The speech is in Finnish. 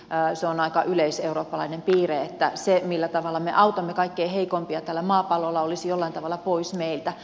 se on aika yleiseurooppalainen piirre että se millä tavalla me autamme kaikkein heikoimpia täällä maapallolla olisi jollain tavalla pois meiltä